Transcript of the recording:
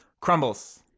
Crumbles